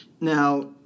Now